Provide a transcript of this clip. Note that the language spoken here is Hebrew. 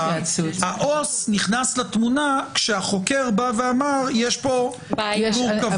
העובד הסוציאלי נכנס לתמונה כשהחוקר בא ואמר שיש פה מורכבות.